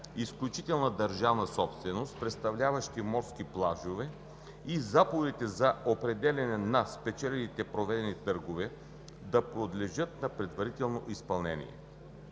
изключителна държавна собственост, представляващи морски плажове, и заповедите за определяне на спечелилите проведените търгове да подлежат на предварително изпълнение.